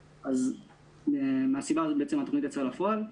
בשל הסיבה הזאת התוכנית יצאה אל הפועל.